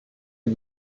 une